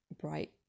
bright